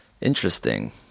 interesting